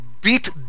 beat